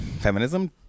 feminism